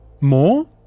more